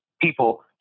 people